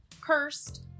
Cursed